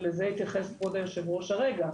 ולזה התייחס כבוד יושב הראש כרגע,